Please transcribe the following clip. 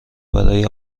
برای